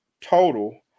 total